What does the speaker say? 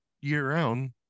year-round